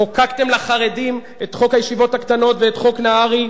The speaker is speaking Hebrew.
חוקקתם לחרדים את חוק הישיבות הקטנות ואת חוק נהרי.